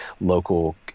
local